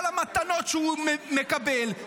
כל המתנות שהוא מקבל,